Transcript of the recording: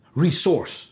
resource